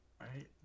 right